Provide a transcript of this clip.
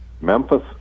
Memphis